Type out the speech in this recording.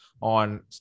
on